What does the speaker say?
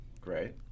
Great